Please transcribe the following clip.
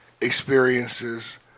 experiences